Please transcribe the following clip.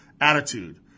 Attitude